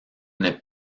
n’est